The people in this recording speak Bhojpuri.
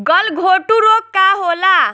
गलघोटू रोग का होला?